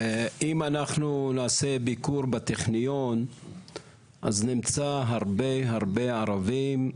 אם אנחנו נעשה ביקור בטכניון אז נמצא הרבה הרבה ערבים